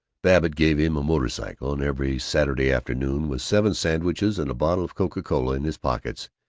babbitt gave him a motor-cycle, and every saturday afternoon, with seven sandwiches and a bottle of coca-cola in his pockets,